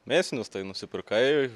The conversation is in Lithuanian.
mėsiniuis tai nusipirkai